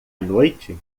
noite